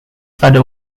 father